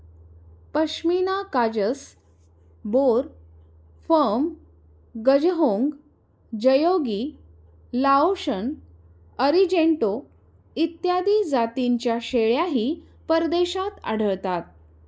पश्मिना काजस, बोर, फर्म, गझहोंग, जयोगी, लाओशन, अरिजेंटो इत्यादी जातींच्या शेळ्याही परदेशात आढळतात